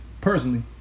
personally